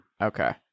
Okay